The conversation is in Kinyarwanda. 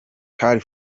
car